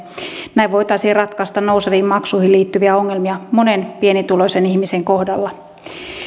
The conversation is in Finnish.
näin voitaisiin ratkaista nouseviin maksuihin liittyviä ongelmia monen pienituloisen ihmisen kohdalla